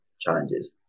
challenges